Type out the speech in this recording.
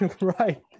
Right